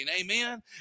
amen